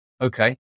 Okay